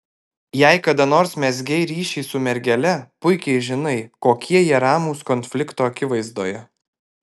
jei kada nors mezgei ryšį su mergele puikiai žinai kokie jie ramūs konflikto akivaizdoje